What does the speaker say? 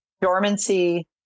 dormancy